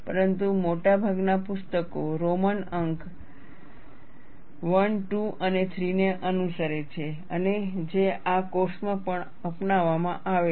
પરંતુ મોટાભાગના પુસ્તકો રોમન અંક I II અને III ને અનુસરે છે અને જે આ કોર્સ માં પણ અપનાવવામાં આવે છે